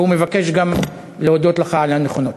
והוא מבקש גם להודות לך על הנכונות.